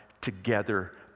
together